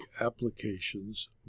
applications